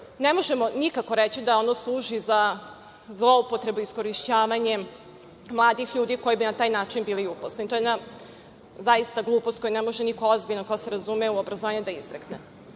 Ne možemo nikako reći da ono služi za zloupotrebu i iskorištavanje mladih ljudi koji bi na taj način bili uposleni. To je jedna zaista glupost koju ne može niko ozbiljan ko se razume u obrazovanje da izrekne. Dualno